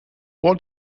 what